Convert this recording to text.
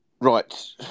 right